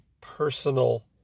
personal